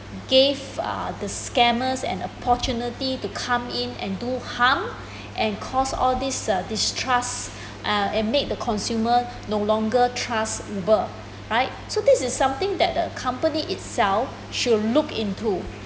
gave uh the scammer an opportunity to come in and do harm and cause all this uh distrust uh and make the consumer no longer trust uber right so this is something that the company itself should look into